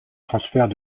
transfert